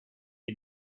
you